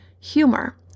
humor